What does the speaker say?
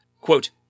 Quote